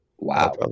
Wow